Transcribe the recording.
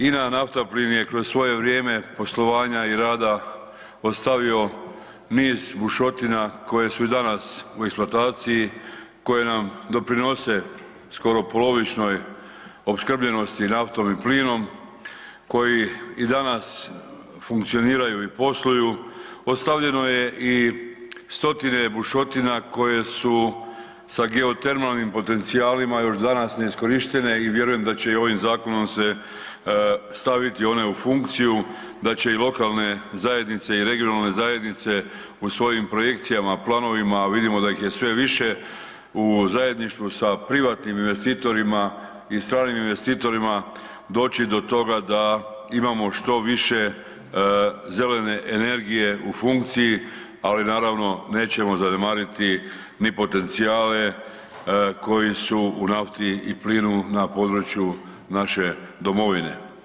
INA Naftaplin je kroz svoje vrijeme poslovanja i rada ostavio niz bušotina koje su i danas u eksploataciji, koje nam doprinose skoro polovičnoj opskrbljenosti naftom i plinom, koji i danas funkcioniraju i posluju, ostavljeno je i stotine bušotina koje su sa geotermalnim potencijalima još danas neiskorištene i vjerujem da će i ovim zakonom se staviti one u funkciju, da će i lokalne zajednice i regionalne zajednice u svojim projekcijama, planovima, a vidimo da ih je sve više u zajedništvu sa privatnim investitorima i stranim investitorima doći do toga da imamo što više zelene energije u funkciji, ali naravno nećemo zanemariti ni potencijale koji su u nafti i plinu na području naše domovine.